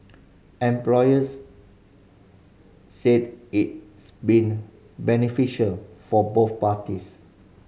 employers said it's been beneficial for both parties